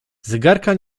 zegarka